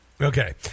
Okay